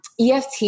EFT